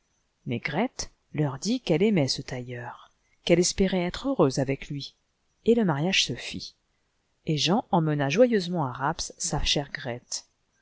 leur dit qu'elle aimait ce tailleur qu'elle espérait être heureuse avec lui et le mariage se fit et jean emmena joyeusement à rapps sa chère grethe